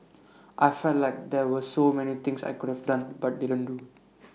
I felt like there were so many things I could have done but didn't do